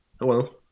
hello